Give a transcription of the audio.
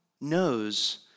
knows